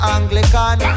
Anglican